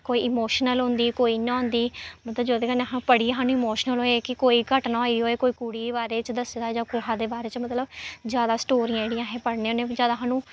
story कोई emotional होंदी कोई इ'यां होंदी मतलब जेह्दे कन्नै अहीं पढ़ियै सानूं इमोशनल होए कि कोई घटना होई होए कोई कुड़ी बारे च दस्से दा होए जां कुहा दे बारे च मतलब जादा स्टोरियां जेह्ड़ियां स्टोरियां अहें पढ़ने होन्ने जैदा सानूं